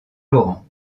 laurent